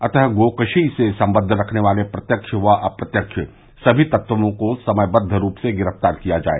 अतः गोकशी से संबंध रखने वाले प्रत्यव्व व अप्रत्यव्व समी तत्वों को समयबद्द रूप से गिरफ्तार किया जाए